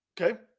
Okay